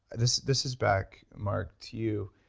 this this is back mark to you.